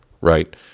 right